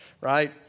Right